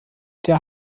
der